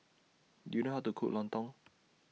Do YOU know How to Cook Lontong